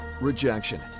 rejection